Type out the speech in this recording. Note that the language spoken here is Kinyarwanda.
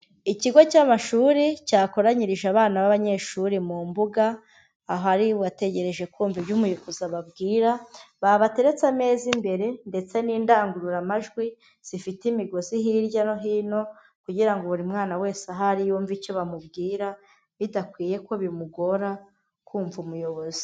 Ikigo cy'amashuri cyakoranyirije abana b'abanyeshuri mu mbuga, ahari uwategereje kumva ibyo umuyobozizi ababwira, babateretse ameza imbere ndetse n'indangururamajwi zifite imigozi hirya no hino kugira ngo buri mwana wese aho ari yumve icyo bamubwira, bidakwiye ko bimugora kumva umuyobozi.